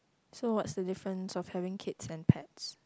so what's the difference of having kids and pets